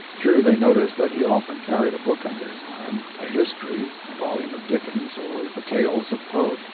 true, they noticed that he often carried a book under his arm a history, a volume of dickens, or the tales of poe.